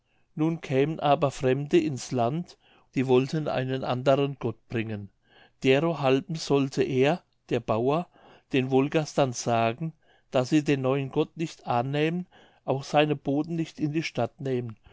nun kämen aber fremde ins land die wollten einen anderen gott bringen derohalben sollte er der bauer den wolgastern sagen daß sie den neuen gott nicht annähmen auch seine boten nicht in die stadt nähmen